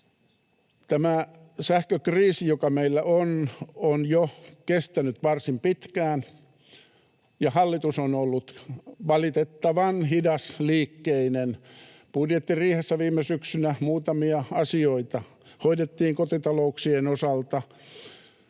Tämä sähkökriisi, joka meillä on, on jo kestänyt varsin pitkään, ja hallitus on ollut valitettavan hidasliikkeinen. Budjettiriihessä viime syksynä muutamia asioita hoidettiin kotitalouksien osalta.